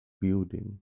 building